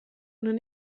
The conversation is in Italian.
non